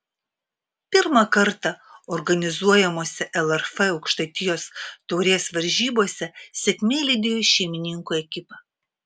pirmą kartą organizuojamose lrf aukštaitijos taurės varžybose sėkmė lydėjo šeimininkų ekipą